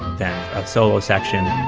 that soulless section.